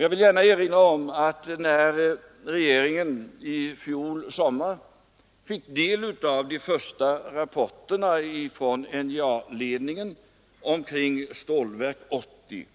Jag vill gärna erinra om att när regeringen i fjol sommar fick del av de första rapporterna från NJA-ledningen kring Stålverk 80,